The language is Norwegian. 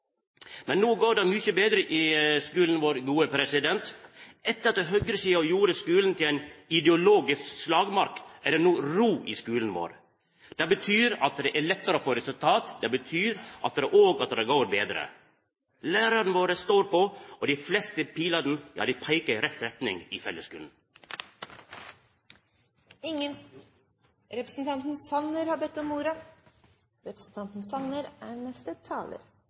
Men no går det mykje betre i skulen vår. Etter at høgresida gjorde skulen til ei ideologisk slagmark, er det no ro i skulen vår. Det betyr at det er lettare å få resultat. Det betyr òg at det går betre. Lærarane våre står på, og dei fleste pilene peikar i rett retning i fellesskulen. Jeg har ikke noe sterkt ønske om